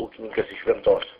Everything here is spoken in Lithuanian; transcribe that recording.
ūkininkas iš ventos